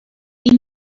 این